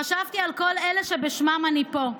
חשבתי על כל אלה שבשמם אני פה.